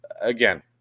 again